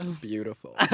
Beautiful